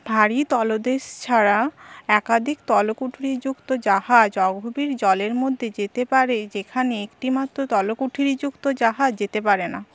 ভারী তলদেশ ছাড়া একাধিক তলকুঠুরিযুক্ত জাহাজ অগভীর জলের মধ্যে যেতে পারে যেখানে একটিমাত্র তলকুঠুরিযুক্ত জাহাজ যেতে পারে না